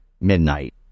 midnight